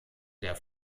der